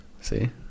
See